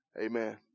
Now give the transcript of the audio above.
Amen